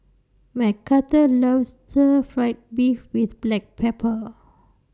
Mcarthur loves Stir Fried Beef with Black Pepper